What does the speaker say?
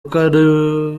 uko